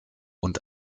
und